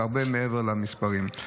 זה הרבה מעבר למספרים.